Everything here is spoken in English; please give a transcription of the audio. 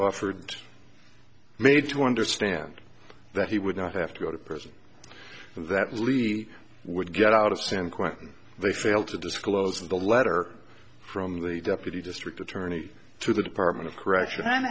offered made to understand that he would not have to go to prison for that lee would get out of san quentin they fail to disclose the letter from the deputy district attorney to the department of correction i'm